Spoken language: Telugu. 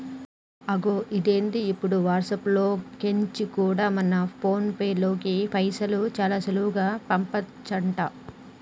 అగొ ఇదేంది ఇప్పుడు వాట్సాప్ లో కెంచి కూడా మన ఫోన్ పేలోకి పైసలు చాలా సులువుగా పంపచంట